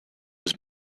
was